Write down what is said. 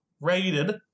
Rated